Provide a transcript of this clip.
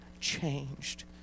changed